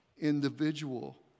individual